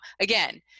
again